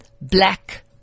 black